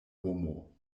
homo